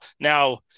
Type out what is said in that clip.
Now